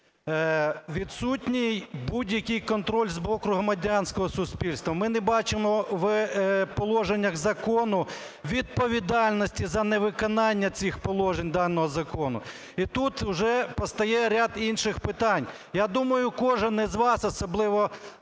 відсутній будь-який контроль з боку громадянського суспільства. Ми не бачимо в положеннях закону відповідальності за невиконання цих положень даного закону. І тут уже постає ряд інших питань. Я думаю, кожен із вас, особливо